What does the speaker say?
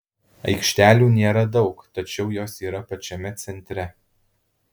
aikštelių nėra daug tačiau jos yra pačiame centre